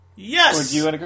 Yes